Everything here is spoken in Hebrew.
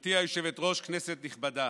גברתי היושבת-ראש, כנסת נכבדה,